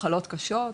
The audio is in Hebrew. מחלות קשות,